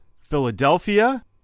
Philadelphia